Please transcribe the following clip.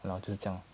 !hannor! 就是这样 lor